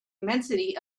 immensity